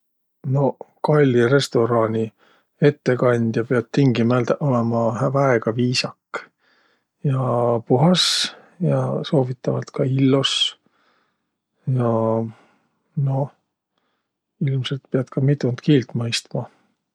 No kalli restoraani ettekandja piät olõma tingimäldäq väega viisak ja puhas ja soovitavalt ka illos. Ja noh, ilmselt piät ka mitund kiilt mõistma.